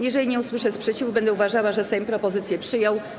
Jeżeli nie usłyszę sprzeciwu, będę uważała, że Sejm propozycję przyjął.